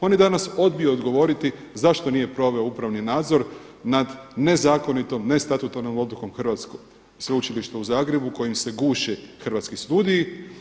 On je danas odbio odgovoriti zašto nije proveo upravni nadzor nad nezakonitom, nestatutarnom odlukom Sveučilišta u Zagrebu kojim se guše hrvatski studiji.